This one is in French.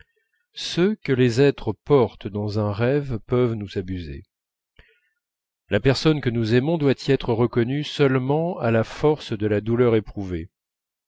ceux que les êtres portent dans un rêve peuvent nous abuser la personne que nous aimons doit y être reconnue seulement à la force de la douleur éprouvée